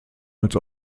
als